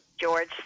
George